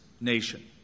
nation